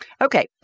Okay